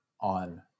on